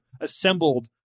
assembled